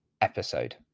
episode